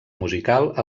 musical